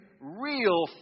real